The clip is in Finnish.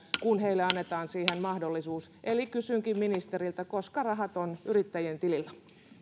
kun heille annetaan siihen mahdollisuus eli kysynkin ministeriltä koska rahat ovat yrittäjien tilillä